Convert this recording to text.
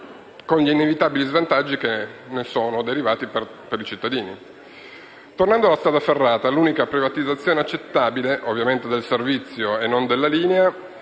con gli inevitabili svantaggi che ne sono derivati per i cittadini. Tornando alla strada ferrata l'unica privatizzazione accettabile, ovviamente del servizio e non della linea,